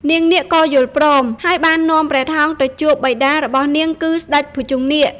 នាងនាគក៏យល់ព្រម ហើយបាននាំព្រះថោងទៅជួបបិតារបស់នាង គឺស្ដេចភុជង្គនាគ។